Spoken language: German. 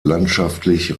landschaftlich